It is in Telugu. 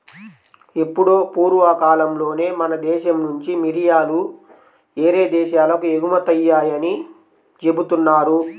ఎప్పుడో పూర్వకాలంలోనే మన దేశం నుంచి మిరియాలు యేరే దేశాలకు ఎగుమతయ్యాయని జెబుతున్నారు